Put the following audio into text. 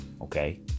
okay